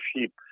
sheep